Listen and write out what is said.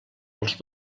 els